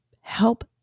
help